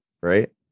right